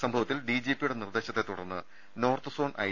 സംഭവത്തിൽ ഡിജിപിയുടെ നിർദേശത്തെ തുടർന്ന് നോർത്ത് സോൺ ഐ